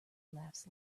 laughs